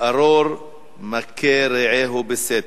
"ארור מכה רעהו בסתר"